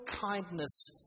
kindness